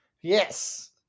Yes